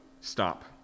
stop